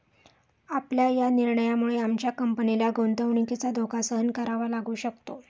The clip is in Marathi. आपल्या या निर्णयामुळे आमच्या कंपनीला गुंतवणुकीचा धोका सहन करावा लागू शकतो